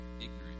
ignorant